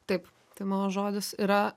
taip tai mano žodis yra